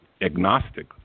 agnostic